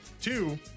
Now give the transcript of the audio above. Two